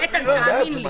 איתן, תאמין לי.